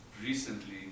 Recently